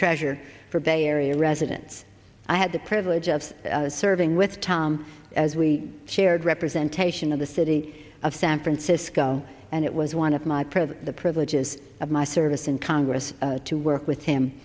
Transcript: treasure for bay area residents i had the privilege of serving with tom as we shared representation of the city of san francisco and it was one of my present the privileges of my service in congress to work with him